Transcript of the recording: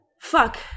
Fuck